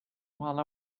while